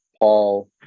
Paul